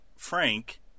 Frank